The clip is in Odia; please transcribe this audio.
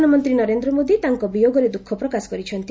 ପ୍ରଧାନମନ୍ତ୍ରୀ ନରେନ୍ଦ୍ର ମୋଦି ତାଙ୍କ ବିୟୋଗରେ ଦୁଃଖ ପ୍ରକାଶ କରିଛନ୍ତି